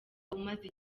umaze